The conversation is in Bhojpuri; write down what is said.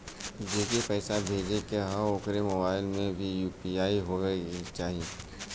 जेके पैसा भेजे के ह ओकरे मोबाइल मे भी यू.पी.आई होखे के चाही?